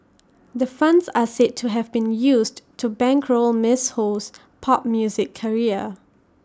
the funds are said to have been used to bankroll miss Ho's pop music career